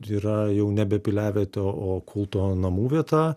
yra jau nebe piliavietė o kulto namų vieta